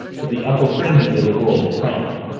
to the upper fringes of the world of crime.